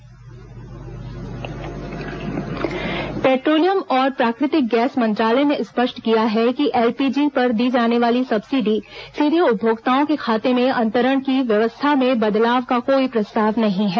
LPG gas subsidy पेट्रोलियम और प्राकृतिक गैस मंत्रालय ने स्पष्ट किया है कि एलपीजी पर दी जाने वाली सब्सिडी सीधे उपभोक्ताओं के खाते में अंतरण की व्यवस्था में बदलाव का कोई प्रस्ताव नहीं है